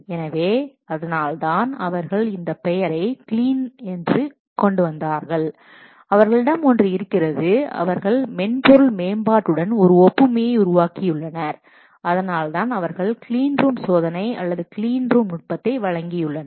எனவே அதனால்தான் அவர்கள் இந்த பெயரை கிளீன் என்று கொண்டு வந்தார்கள் அவர்களிடம் ஒன்று இருக்கிறது அவர்கள் மென்பொருள் மேம்பாட்டுடன் ஒரு ஒப்புமையை உருவாக்கியுள்ளனர் அதனால்தான் அவர்கள் கிளீன் ரூம் சோதனை அல்லது இந்த கிளீன் ரூம் நுட்பத்தை வழங்கியுள்ளனர்